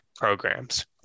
programs